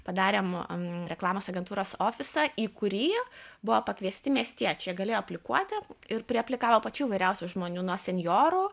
padarėm reklamos agentūros ofisą į kurį buvo pakviesti miestiečiai jie galėjo aplikuoti ir priaplikavo pačių įvairiausių žmonių nuo senjorų